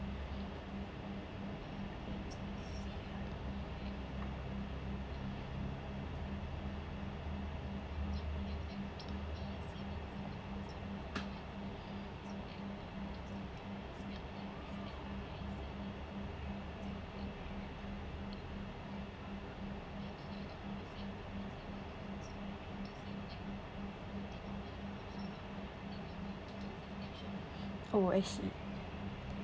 oh I see